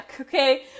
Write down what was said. okay